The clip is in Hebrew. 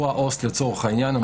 הוא ה-Host לצורך העניין.